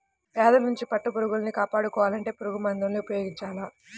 వ్యాధుల్నించి పట్టుపురుగుల్ని కాపాడుకోవాలంటే పురుగుమందుల్ని ఉపయోగించాల